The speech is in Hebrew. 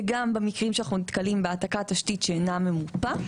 וגם במקרים שאנחנו נתקלים בהעתקת תשתית שאינה ממופה,